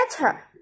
better